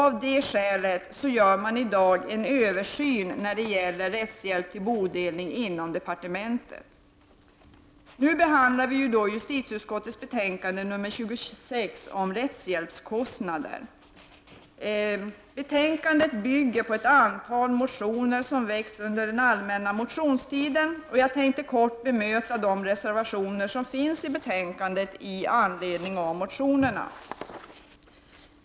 Av det skälet gör man i dag en översyn inom departementet när det gäller rättshjälp vid bodelning. Justitieutskottets betänkande nr 26 handlar ju om rättshjälpskostnader. Betänkandet bygger på ett antal motioner som väckts under den allmänna motionstiden. Jag tänker kort bemöta de reservationer som finns i betänkandet i anledning av motionerna.